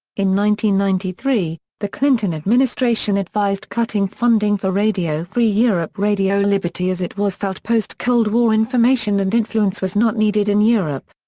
ninety ninety three, the clinton administration advised cutting funding for radio free europe radio liberty as it was felt post-cold war information and influence was not needed in europe.